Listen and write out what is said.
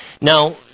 now